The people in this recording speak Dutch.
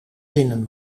zinnen